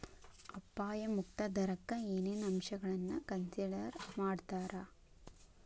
ಅಪಾಯ ಮುಕ್ತ ದರಕ್ಕ ಏನೇನ್ ಅಂಶಗಳನ್ನ ಕನ್ಸಿಡರ್ ಮಾಡ್ತಾರಾ